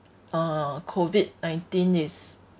uh COVID nineteen is